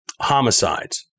homicides